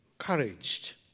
encouraged